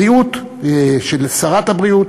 עם מערכות הבריאות ושרת הבריאות,